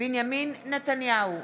בנימין נתניהו,